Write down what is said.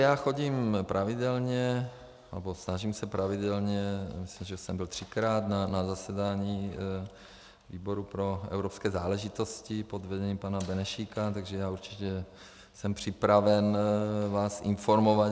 Já chodím pravidelně, nebo snažím se pravidelně, myslím, že jsem byl třikrát na zasedání výboru pro evropské záležitosti pod vedením pana Benešíka, takže já určitě jsem připraven vás informovat.